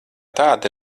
tāda